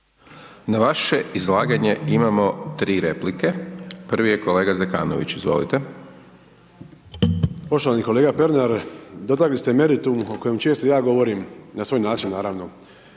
Na vaše izlaganje imamo 3 replike. Prvi je kolega Zekanović, izvolite. **Zekanović, Hrvoje (HRAST)** Poštovani kolega Pernar dotakli ste meritum o kojem često ja govorim na svoj način naravno.